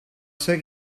ser